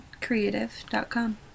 creative.com